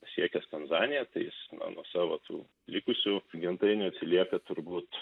siekias tanzanija tai jis nuo nuo savo tų likusių gentainių atsilieka turbūt